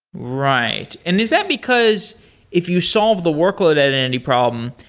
right, and is that because if you solve the workload at and any problem,